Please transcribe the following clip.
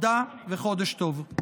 תודה וחודש טוב.